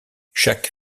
chaque